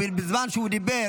בזמן שהוא דיבר